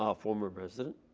um former resident,